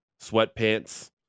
sweatpants